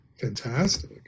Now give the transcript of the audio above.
fantastic